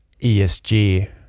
esg